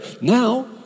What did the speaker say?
now